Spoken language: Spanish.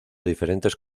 diferentes